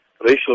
racial